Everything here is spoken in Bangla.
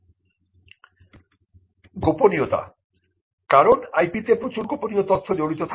গোপনীয়তা কারণ IP তে প্রচুর গোপনীয় তথ্য জড়িত থাকে